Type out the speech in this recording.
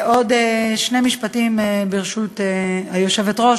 עוד שני משפטים, ברשות היושבת-ראש.